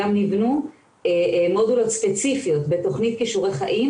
גם ניבנו מודולות ספציפיות בתוכנית כישורי חיים,